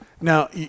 Now